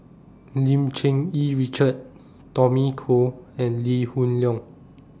Lim Cherng Yih Richard Tommy Koh and Lee Hoon Leong